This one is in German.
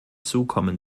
zukommen